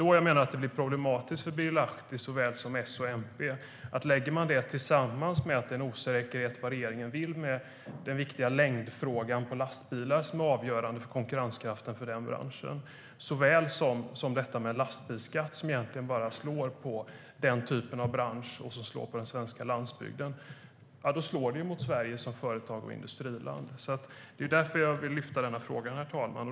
Då blir det problematiskt för såväl Birger Lahti som S och MP tillsammans med osäkerheten om vad regeringen vill med den viktiga frågan om längden på lastbilar som är avgörande för konkurrenskraften i den branschen och med lastbilsskatt som bara slår mot branschen och den svenska landsbygden, ja, då slår det mot Sverige som företags och industriland. Det är därför som jag vill lyfta fram den här frågan, herr talman.